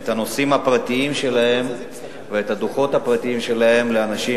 את הנושאים הפרטיים שלהם ואת הדוחות הפרטיים שלהם לאנשים